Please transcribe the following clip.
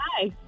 Hi